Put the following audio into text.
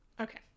Okay